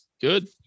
Good